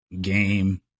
game